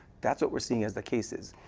that's wheer seeing as the case is.